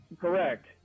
Correct